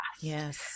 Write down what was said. Yes